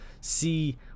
see